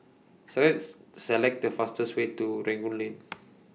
Select Select The fastest Way to Rangoon Lane